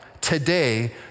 today